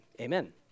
amen